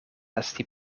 esti